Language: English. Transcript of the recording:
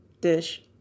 dish